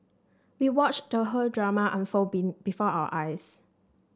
we watched the whole drama unfold being before our eyes